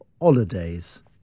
holidays